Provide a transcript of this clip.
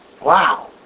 Wow